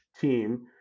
team